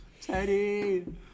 Teddy